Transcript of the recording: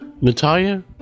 Natalia